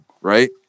right